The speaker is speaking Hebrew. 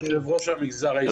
יושב-ראש המגזר העסקי.